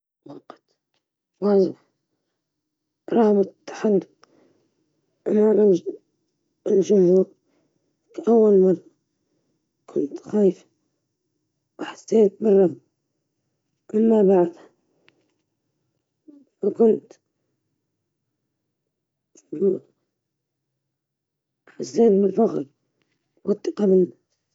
لحظة خوضي لمشروع جديد في العمل رغم كل المخاوف والتحديات، شعرت بالقوة عندما رأيت كيف تجاوزت هذه المخاوف بنجاح.